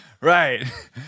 right